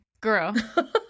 Girl